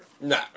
No